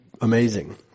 amazing